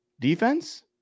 defense